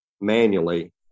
manually